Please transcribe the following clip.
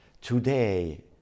Today